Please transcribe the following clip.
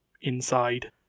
inside